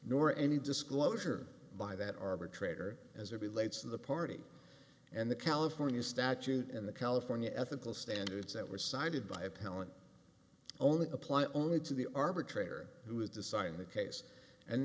nor any disclosure by that arbitrator as it relates to the party and the california statute in the california ethical standards that was cited by appellant only apply only to the arbitrator who is deciding the case and